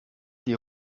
die